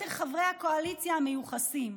יתר חברי הקואליציה המיוחסים,